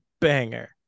banger